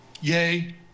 Yay